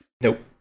Nope